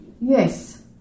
Yes